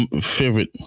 favorite